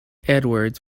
edwards